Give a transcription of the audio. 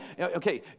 Okay